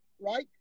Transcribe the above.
right